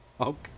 Okay